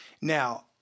Now